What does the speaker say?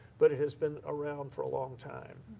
but it has been around for a long time.